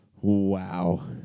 Wow